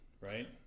right